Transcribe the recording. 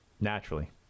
naturally